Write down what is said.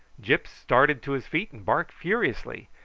gyp started to his feet and barked furiously,